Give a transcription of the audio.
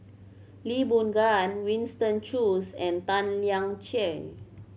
Lee Boon Ngan Winston Choos and Tan Lian Chye